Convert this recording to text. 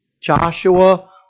Joshua